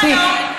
מספיק.